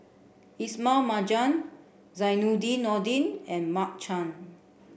Ismail Marjan Zainudin Nordin and Mark Chan